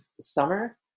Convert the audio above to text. summer